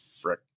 frick